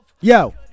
Yo